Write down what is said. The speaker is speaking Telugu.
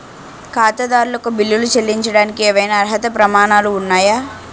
ఖాతాదారులకు బిల్లులు చెల్లించడానికి ఏవైనా అర్హత ప్రమాణాలు ఉన్నాయా?